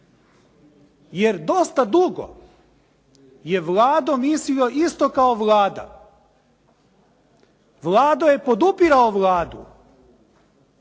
jer dosta dugo je Vlado mislio isto kao Vlada. Vlado je podupirao Vladu,